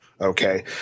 Okay